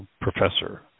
professor